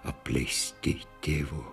apleisti tėvo